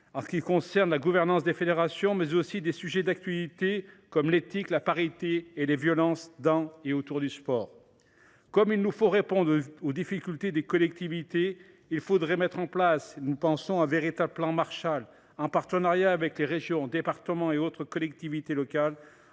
s’agissant de la gouvernance des fédérations, mais aussi des sujets d’actualité, comme l’éthique, la parité et les violences dans et autour du sport. Il nous faut également répondre aux difficultés des collectivités. Nous pensons ainsi qu’il faudrait mettre en place un véritable plan Marshall, en partenariat avec les régions, départements et autres collectivités locales,